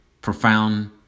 profound